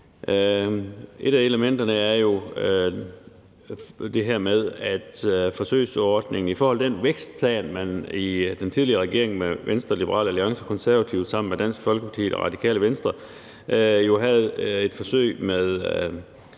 Et af elementerne er det her med forsøgsordningen i den vækstplan, som den tidligere regering, Venstre, Liberal Alliance og Konservative, lavede sammen med Dansk Folkeparti og Radikale Venstre – et forsøg med